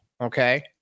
okay